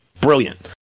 Brilliant